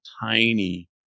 tiny